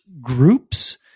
groups